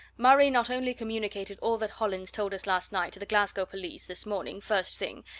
murray not only communicated all that hollins told us last night to the glasgow police this morning, first thing,